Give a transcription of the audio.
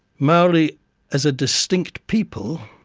maori as a distinct people,